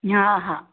हा हा